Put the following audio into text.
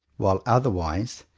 while otherwise,